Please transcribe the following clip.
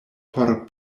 por